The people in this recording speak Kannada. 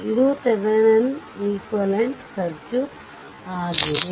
ಇದು ತಥೆವೆನಿನ್ ಇಕ್ವಾಲೆಂಟ್ ಸರ್ಕ್ಯೂಟ್ ಆಗಿದೆ